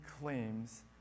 claims